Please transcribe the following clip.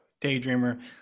Daydreamer